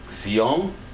Sion